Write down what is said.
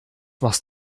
machst